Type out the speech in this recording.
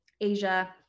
Asia